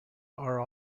are